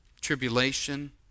tribulation